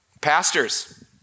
Pastors